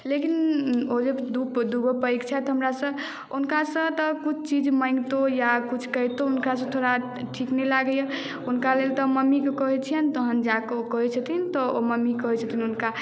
लेकिन ओ जे दू गो पैघ छथि हमरासँ हुनकासँ तऽ किछु चीज माङ्गितो या किछु कहितो हुनकासँ थोड़ा ठीक नहि लगैए हुनका लेल तऽ मम्मीकेँ कहैत छियनि तखन जा कऽ ओ कहै छथिन तऽ ओ मम्मी कहैत छथिन हुनका